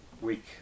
week